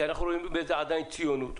כי אנחנו רואים בזה עדיין ציונות.